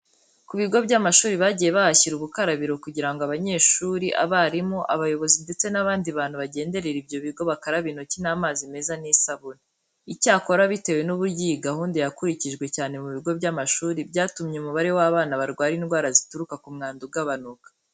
Ku bigo by'amashuri bagiye bahashyira ubukarabiro kugira ngo abanyeshuri, abarimu, abayobozi ndetse n'abandi bantu bagenderera ibyo bigo bakarabe intoki n'amazi meza n'isabune. Icyakora bitewe n'uburyo iyi gahunda yakurikijwe cyane mu bigo by'amashuri, byatumye umubare w'abana barwara indwara zituruka ku mwanda ugabanuka.